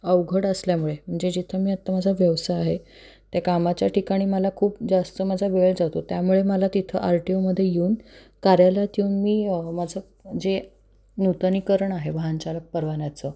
अवघड असल्यामुळे म्हणजे जिथं मी आत्ता माझा व्यवसाय आहे त्या कामाच्या ठिकाणी मला खूप जास्त माझा वेळ जातो त्यामुळे मला तिथं आर टी ओमध्ये येऊन कार्यालयात येऊन मी माझं जे नूतनीकरण आहे वाहन चालक परवान्याचं